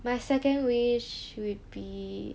my second wish would be